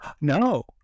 no